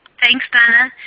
thanks donna.